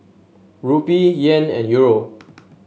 Rupee Yen and Euro